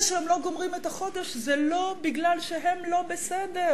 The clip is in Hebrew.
זה שהם לא גומרים את החודש זה לא מפני שהם לא בסדר,